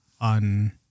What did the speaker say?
on